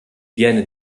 viene